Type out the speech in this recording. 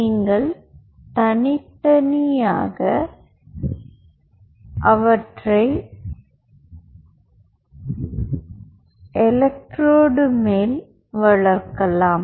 நீங்கள் தனித்தனியாக அவற்றை எலெக்ட்ரோடு மேல் வளர்க்கலாம்